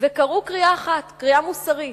וקראו קריאה אחת, קריאה מוסרית,